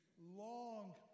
long